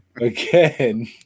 again